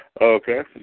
Okay